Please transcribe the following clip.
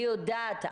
אני יודעת.